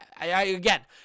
Again